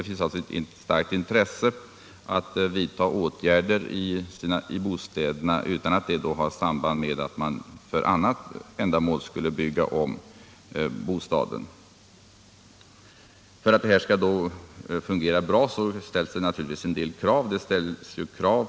För att detta skall kunna fungera bra ställs naturligtvis vissa krav.